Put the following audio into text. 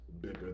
Bigger